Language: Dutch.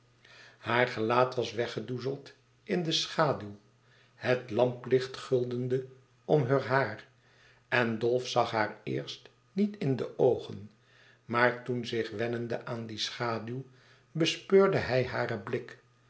haar gelaat was weggedoezeld in de schaduw het lamplicht guldende om heur haar en dolf zag haar eerst niet in de oogen maar toen zich wennende aan die schaduw bespeurde hij haren blik